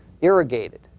irrigated